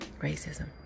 racism